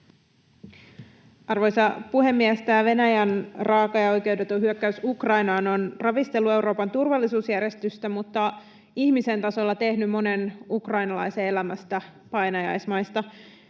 Arvoisa puhemies! Tämä Venäjän raaka ja oikeudeton hyökkäys Ukrainaan on ravistellut Euroopan turvallisuusjärjestystä mutta ihmisen tasolla tehnyt monen ukrainalaisen elämästä painajaismaista.